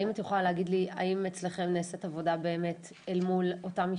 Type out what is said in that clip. האם את יכולה להגיד לי אם אצלכם נעשית עבודה באמת אל מול אותן משפחות,